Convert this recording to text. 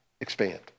expand